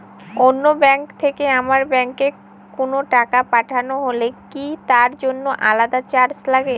অন্য ব্যাংক থেকে আমার ব্যাংকে কোনো টাকা পাঠানো হলে কি তার জন্য আলাদা চার্জ লাগে?